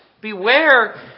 Beware